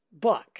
book